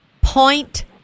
point